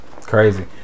crazy